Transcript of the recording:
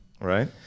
right